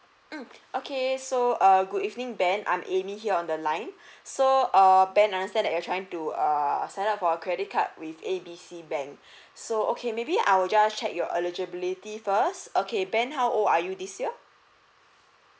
mm okay so err good evening ben I'm amy here on the line so err ben I understand that you're trying to err sign up for a credit card with A B C bank so okay maybe I'll just check your eligibility first okay ben how old are you this year